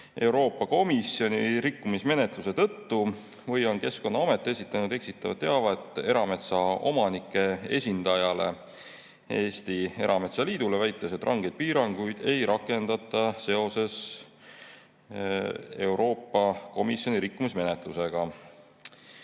Euroopa Komisjoni rikkumismenetluse tõttu või on Keskkonnaamet esitanud eksitavat teavet erametsaomanike esindajale, Eesti Erametsaliidule, väites, et rangeid piiranguid ei rakendata seoses Euroopa Komisjoni rikkumismenetlusega?